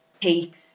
takes